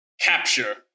Capture